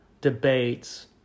debates